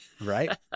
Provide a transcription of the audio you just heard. Right